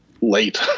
late